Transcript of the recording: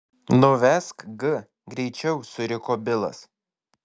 nuvesk g greičiau suriko bilas